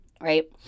right